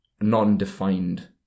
non-defined